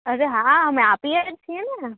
અરે હા અમે આપીએ જ છીએ ને